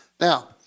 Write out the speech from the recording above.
Now